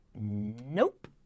Nope